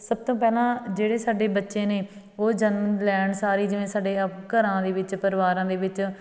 ਸਭ ਤੋਂ ਪਹਿਲਾਂ ਜਿਹੜੇ ਸਾਡੇ ਬੱਚੇ ਨੇ ਉਹ ਜਨਮ ਲੈਣ ਸਾਰ ਹੀ ਜਿਵੇਂ ਸਾਡੇ ਘਰਾਂ ਦੇ ਵਿੱਚ ਪਰਿਵਾਰਾਂ ਦੇ ਵਿੱਚ